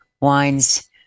wines